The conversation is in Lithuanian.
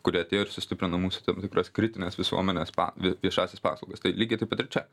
kurie atėjo ir sustiprino mūsų tam tikras kritines visuomenės pa vie viešąsias paslaugas tai lygiai taip pat ir čia